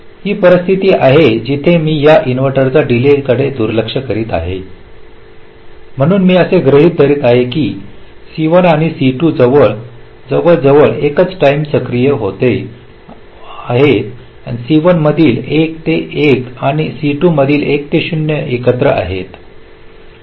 ही परिस्थिती आहे जिथे मी या इन्व्हर्टरच्या डीले कडे दुर्लक्ष करीत आहे म्हणून मी असे गृहित धरत आहे की C1 आणि C2 जवळजवळ एकाच टाईम सक्रिय होत आहेत C1 मधील 1 ते 1 आणि C2 मधील 1 ते 0 एकत्र आहेत